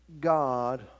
God